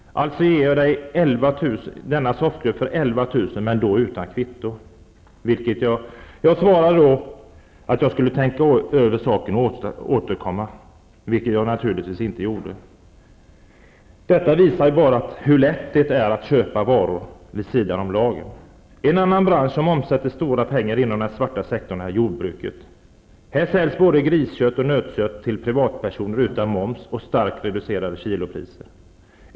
Alltså ger jag dig soffgruppen för 11 000 kr., men utan kvitto. Jag svarade då att jag skulle tänka över saken och återkomma, vilket jag naturligtvis inte gjorde. Det visar bara hur lätt det är att köpa varor vid sidan om lagen. En annan bransch som omsätter stora pengar inom den svarta sektorn är jordbruket. Här säljs både griskött och nötkött till privatpersoner utan moms till starkt reducerade kilopriser.